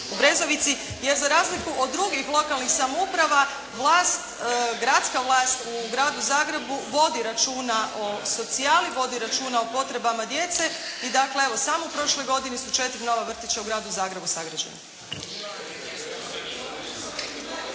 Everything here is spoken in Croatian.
u Brezovici. Jer za razliku od drugih lokalnih samouprava, vlast, gradska vlast u Gradu Zagrebu vodi računa o socijali, vodi računa o potrebama djece i dakle evo samo u prošloj godini su četiri nova vrtića u Gradu Zagrebu sagrađena.